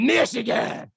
Michigan